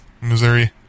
Missouri